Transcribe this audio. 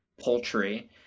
poultry